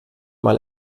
mal